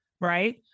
right